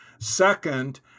Second